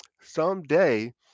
Someday